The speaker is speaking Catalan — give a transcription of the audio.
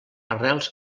arrels